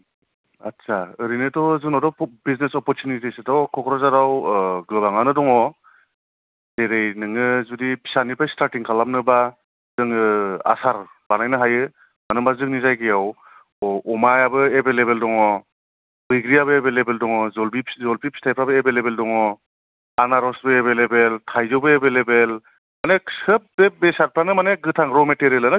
होम आतसा ओरैनोथ' जोंनावथ' खोब बिजनेस अपरसुनितिसथ' क'क्राझाराव गोबांआनो दङ जेरै नोङो जुदि फिसानिफ्राय स्टार्टिं खालामनोबा जोङो आसार बानायनो हायो मानो होनबा जोंनि जायगायाव अमायाबो एभेलेबल दङ बैग्रियाबो एभेलेबल दङ जलफि फिथाइफ्राबो एभेलेबल दङ आनारसबो एभेलेबल थाइजौबो एभेलेबल माने सब बे बेसातफ्रानो माने गोथां र' मेतेरियेलानो जोंनाव एभेलेबल दङ